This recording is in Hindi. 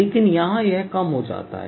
लेकिन यहां यह कम हो जाता है